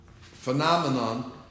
phenomenon